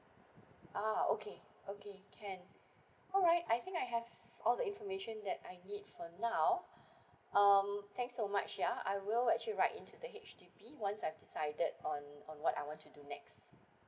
ah okay okay can alright I think I have all the information that I need for now um thanks so much yeah I will actually write into the H_D_B once I've decided on on what I want to do next